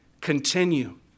Continue